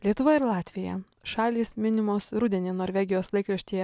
lietuva ir latvija šalys minimos rudenį norvegijos laikraštyje